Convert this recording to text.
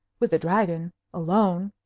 with the dragon? alone?